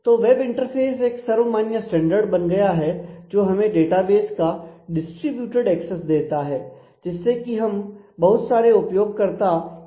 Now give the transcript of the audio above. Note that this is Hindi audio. तो वेब इंटरफेस एक सर्वमान्य स्टैंडर्ड बन गया है जो हमें डेटाबेस का डिस्ट्रीब्यूटड एक्सेस देता है जिससे कि बहुत सारे उपयोगकर्ता एक साथ एक्सेस कर सकते हैं